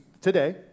today